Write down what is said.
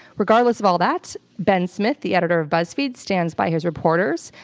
regardless of all that, ben smith, the editor of buzzfeed, stands by his reporters.